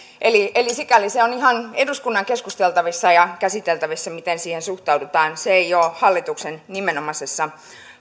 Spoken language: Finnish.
eli eli sikäli se on ihan eduskunnan keskusteltavissa ja käsiteltävissä miten siihen suhtaudutaan se ei ole hallituksen nimenomaisessa